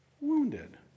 Wounded